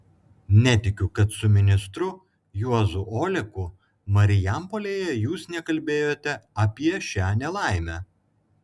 netikiu kad su ministru juozu oleku marijampolėje jūs nekalbėjote apie šią nelaimę